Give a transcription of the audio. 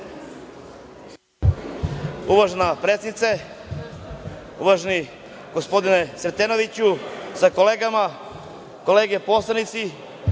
Uvažena predsednice, uvaženi gospodine Sretenoviću sa kolegama, kolege poslanici,